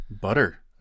butter